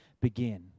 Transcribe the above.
begin